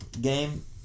game